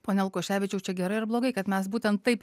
pone lukoševičiau čia gerai ar blogai kad mes būtent taip